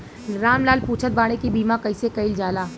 राम लाल पुछत बाड़े की बीमा कैसे कईल जाला?